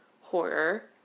horror